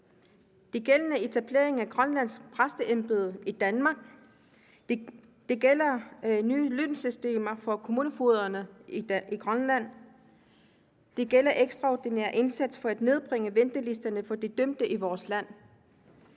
Det gælder etableringen af et grønlandsk præsteembede i Danmark, det gælder et nyt lønsystem for kommunefogederne i Grønland, det gælder en ekstraordinær indsats for at nedbringe ventelisterne for de dømte i vores land,